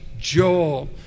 Joel